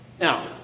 Now